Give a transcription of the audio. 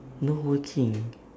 not working